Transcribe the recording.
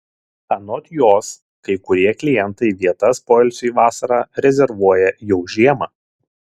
anot jos kai kurie klientai vietas poilsiui vasarą rezervuoja jau žiemą